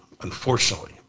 unfortunately